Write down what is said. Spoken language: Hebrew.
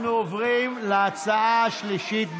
אנחנו עוברים להצעה השלישית במניין,